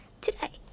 today